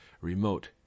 Remote